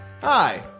Hi